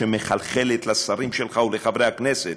שמחלחלת לשרים שלך ולחברי הכנסת,